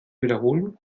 wiederholen